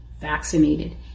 vaccinated